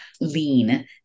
lean